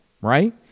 right